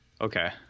Okay